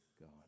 God